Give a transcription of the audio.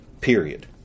period